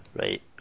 Right